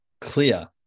clear